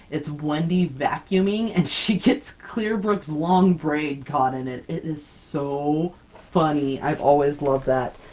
it's wendy vacuuming and she gets clearbrook's long braid caught in it! it is so funny, i've always loved that!